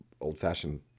old-fashioned